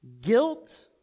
guilt